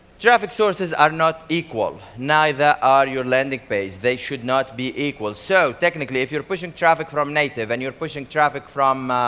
traffic sources are not equal, neither are your landing page. they should not be equal. so if you're pushing traffic from native, and you're pushing traffic from